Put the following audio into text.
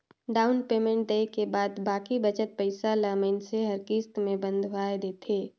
down payment देय के बाद बाकी बचत पइसा ल मइनसे हर किस्त में बंधवाए देथे